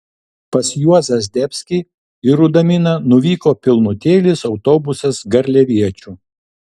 pas juozą zdebskį į rudaminą nuvyko pilnutėlis autobusas garliaviečių